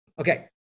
Okay